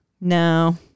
No